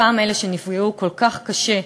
אותם אלה שנפגעו כל כך קשה,